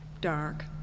Dark